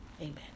Amen